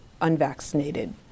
unvaccinated